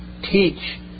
teach